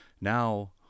now